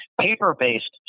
paper-based